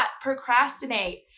procrastinate